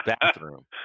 bathroom